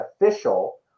official